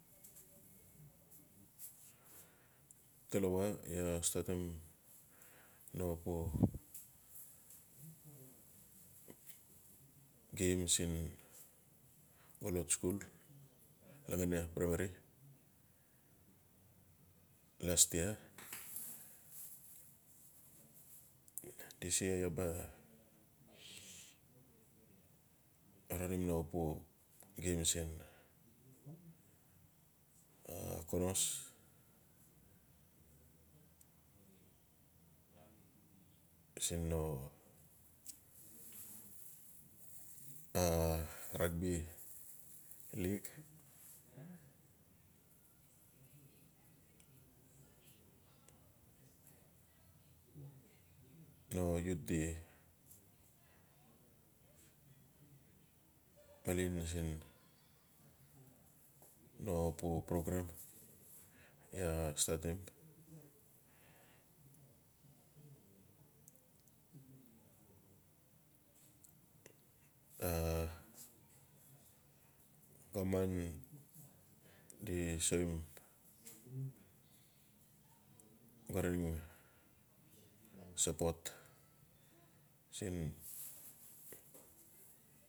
Talawa iaa statim no pu game siin xolot skul lagania primarylast year dis year iaa ba ronim no pu game siin konos. siin no rugby leage no youth di xala lisi no pu programe iaa statim a di so im support siin.